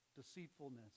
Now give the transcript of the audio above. deceitfulness